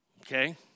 Okay